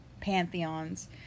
pantheons